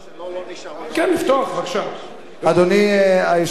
אדוני היושב-ראש,